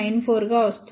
94 గా వస్తుంది